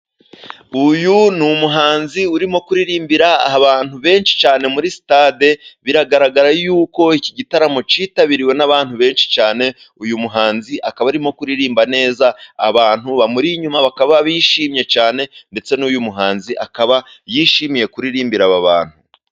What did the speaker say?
Uyu ni umuhanzi urimo kuririmbira abantu benshi cyane muri sitade. Biragaragara yuko iki gitaramo cyitabiriwe n'abantu benshi cyane. Uyu muhanzi akaba arimo kuririmba neza, abantu bamuri inyuma bakaba bishimye cyane. Ndetse n'uyu muhanzi akaba yishimiye kuririmbira aba bantu.